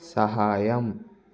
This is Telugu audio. సహాయం